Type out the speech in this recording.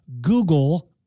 Google